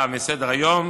מסדר-היום,